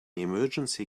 emergency